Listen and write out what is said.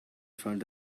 front